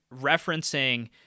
referencing